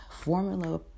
formula